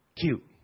cute